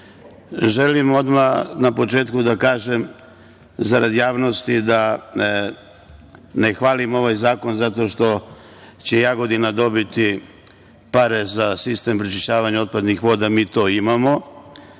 odmah na početku da kažem, zarad javnosti, da ne hvalim ovaj zakon zato što će Jagodina dobiti pare za sistem prečišćavanja otpadnih voda, mi to imamo.